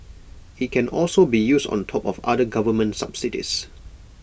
IT can also be used on top of other government subsidies